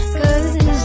cause